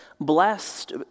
Blessed